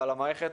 אבל המערכת,